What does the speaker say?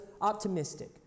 optimistic